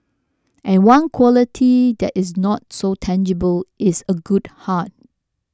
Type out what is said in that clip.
and one quality that is not so tangible is a good heart